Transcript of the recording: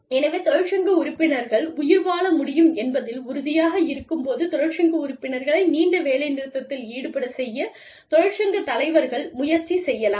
எனவே தொழிற்சங்க உறுப்பினர்கள் உயிர்வாழ முடியும் என்பதில் உறுதியாக இருக்கும்போது தொழிற்சங்க உறுப்பினர்களை நீண்ட வேலைநிறுத்தத்தில் ஈடுபடச் செய்ய தொழிற்சங்கத் தலைவர்கள் முயற்சி செய்யலாம்